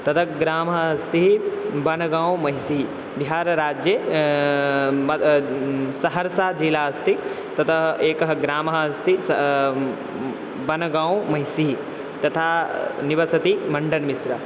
तद् ग्रामः अस्ति बनगौ महिसि बिहारराज्ये मग सहर्साजिला अस्ति तदा एकः ग्रामः अस्ति स बनगौ महिसि तथा निवसति मण्डनमिश्रः